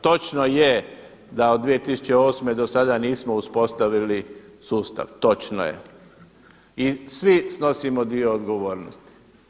Točno je da od 2008. do sada nismo uspostavili sustav, točno je i svi snosimo dio odgovornosti.